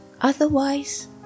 Otherwise